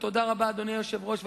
תודה רבה, אדוני היושב-ראש.